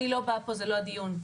פה זה לא הדיון,